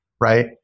right